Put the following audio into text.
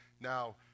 Now